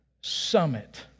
summit